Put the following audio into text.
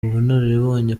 ubunararibonye